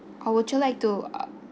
or would you like to